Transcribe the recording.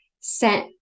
set